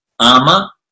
ama